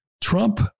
Trump